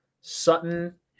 Sutton